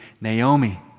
Naomi